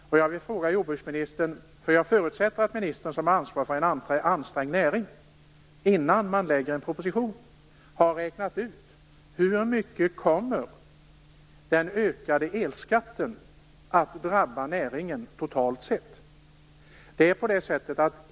Jag förutsätter att ministern som ansvarig för en ansträngd näring innan en proposition läggs fram har räknat ut hur mycket den ökade elskatten kommer att drabba näringen totalt sett.